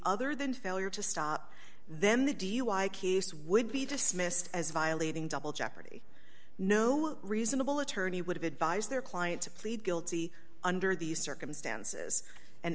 other than failure to stop then the dui case would be dismissed as violating double jeopardy no reasonable attorney would have advised their client to plead guilty under these circumstances and